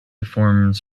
forms